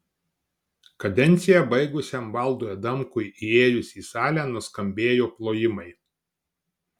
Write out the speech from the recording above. kadenciją baigusiam valdui adamkui įėjus į salę nuskambėjo plojimai